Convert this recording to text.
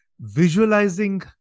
visualizing